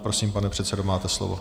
Prosím, pane předsedo, máte slovo.